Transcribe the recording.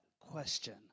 question